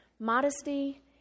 Modesty